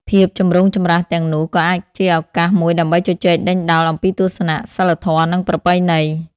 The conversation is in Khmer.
ភាពចម្រូងចម្រាសទាំងនោះក៏អាចជាឱកាសមួយដើម្បីជជែកដេញដោលអំពីទស្សនៈសីលធម៌និងប្រពៃណី។